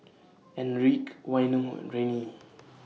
Enrique Waino and Renee